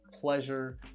pleasure